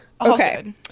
Okay